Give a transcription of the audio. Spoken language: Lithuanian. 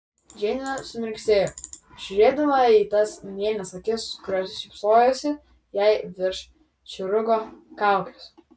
džeinė sumirksėjo žiūrėdama į tas mėlynas akis kurios šypsojosi jai virš chirurgo kaukės